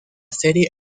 serie